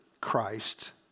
Christ